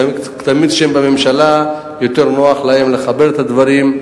תמיד יותר נוח להן לחבר את הדברים,